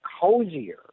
cozier